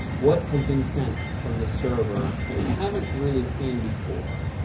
what has been sent from the server that we haven't really seen before?